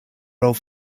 role